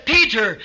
Peter